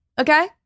okay